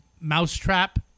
mousetrap